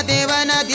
Devana